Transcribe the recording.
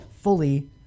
fully